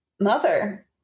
mother